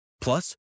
Plus